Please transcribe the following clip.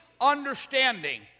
understanding